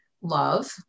love